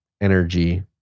Energy